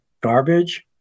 garbage